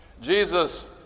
Jesus